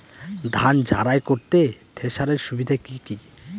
ধান ঝারাই করতে থেসারের সুবিধা কি কি?